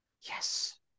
yes